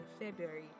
February